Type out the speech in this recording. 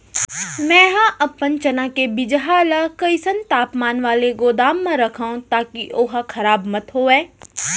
मैं अपन चना के बीजहा ल कइसन तापमान वाले गोदाम म रखव ताकि ओहा खराब मत होवय?